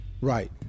Right